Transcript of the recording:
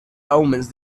omens